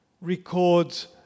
records